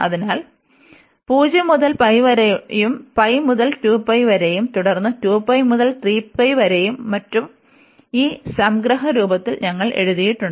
അതിനാൽ 0 മുതൽ വരെയും π മുതൽ 2π വരെയും തുടർന്ന് 2π മുതൽ 3π വരെയും മറ്റും ഈ സംഗ്രഹ രൂപത്തിൽ ഞങ്ങൾ എഴുതിയിട്ടുണ്ട്